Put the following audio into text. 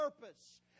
purpose